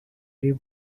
ریم